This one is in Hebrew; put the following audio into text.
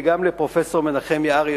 וגם לפרופסור מנחם יערי,